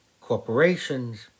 corporations